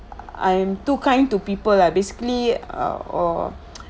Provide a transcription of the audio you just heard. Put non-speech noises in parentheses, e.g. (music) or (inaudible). I am too kind to people lah basically err (noise)